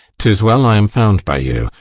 tis well i am found by you.